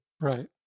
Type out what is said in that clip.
right